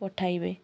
ପଠାଇବେ